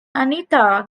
anita